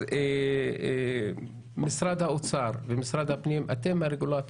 אז משרד האוצר ומשרד הפנים אתם הרגולטור.